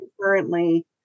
currently